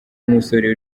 musore